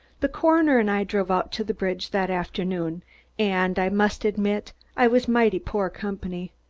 the coroner and i drove out to the bridge that afternoon and i must admit i was mighty poor company.